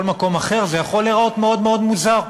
מקום אחר זה יכול להיראות מאוד מאוד מוזר,